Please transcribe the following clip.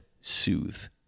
soothe